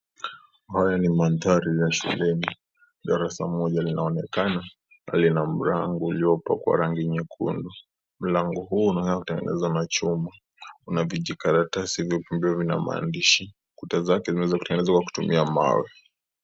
Haya ni maandhari ya shuleni. Darasa moja linaonekana kando na mlango ilyopakwa rangi nyekundu. Mlango huo uliotengenezwa na chuma una vijikaratasi vilivyo na maandishi. Kuta zake zimetengenezwa kwa kutumia mawe.